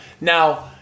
Now